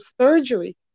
surgery